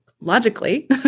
logically